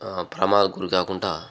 ప్రమాదం గురి కాకుండా